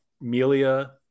Melia